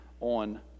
on